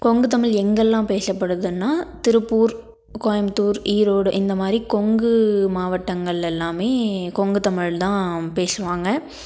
கொங்கு தமிழ் எங்கேல்லாம் பேசப்படுதுன்னா திருப்பூர் கோயம்புத்தூர் ஈரோடு இந்த மாதிரி கொங்கு மாவட்டங்கள் எல்லாமே கொங்கு தமிழ் தான் பேசுவாங்க